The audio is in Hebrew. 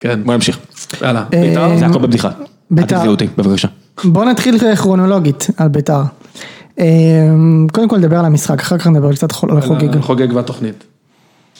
- בוא נמשיך, יאללה - על בית"ר? - זה הכל בבדיחה. - בבקשה - בוא נתחיל כרונולוגית על בית"ר, קודם כל נדבר על המשחק, אחר כך נדבר על קצת על חוגג - על חוגג והתוכנית.